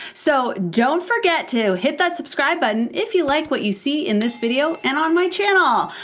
so don't forget to hit that subscribe button if you like what you see in this video and on my channel.